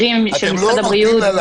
אתם לא נותנים לה לענות.